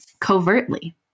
covertly